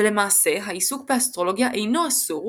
ולמעשה העיסוק באסטרולוגיה איננו אסור,